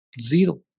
Zero